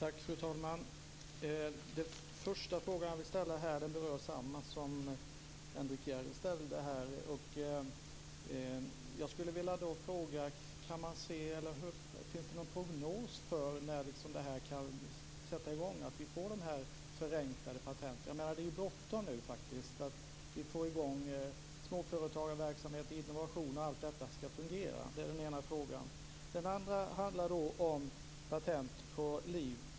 Fru talman! Min första fråga berör samma sak som Henrik S Järrel frågade om. Finns det någon prognos för när arbetet med de förenklade patenten kan komma i gång? Det är bråttom att få i gång småföretagarverksamhet, innovationer osv. Den andra frågan gäller patent på liv.